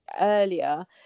earlier